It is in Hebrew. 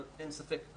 אבל אין ספק,